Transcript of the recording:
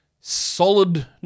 solid